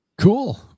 Cool